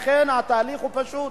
לכן התהליך הוא פשוט,